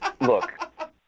Look